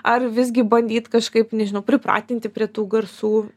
ar visgi bandyt kažkaip nežinau pripratinti prie tų garsų